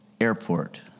airport